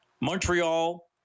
Montreal